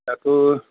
दाथ'